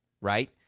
right